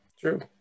true